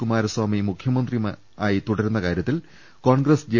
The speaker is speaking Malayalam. കുമാരസാമി മുഖ്യമന്ത്രിയായി തുട രുന്ന കാര്യത്തിൽ കോൺഗ്രസ് ജെ